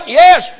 yes